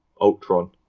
Ultron